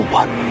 one